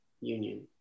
union